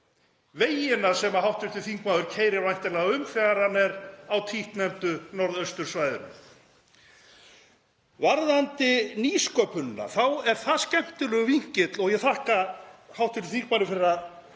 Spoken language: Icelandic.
vegina sem hv. þingmaður keyrir væntanlega um þegar hann er á títtnefndu norðaustursvæðinu. Varðandi nýsköpunina þá er það skemmtilegur vinkill og ég þakka hv. þingmanni fyrir að